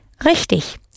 Richtig